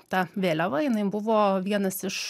ta vėliava jinai buvo vienas iš